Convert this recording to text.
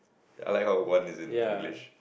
I like how one is in English